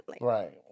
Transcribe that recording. Right